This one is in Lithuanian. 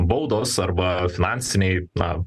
baudos arba finansiniai na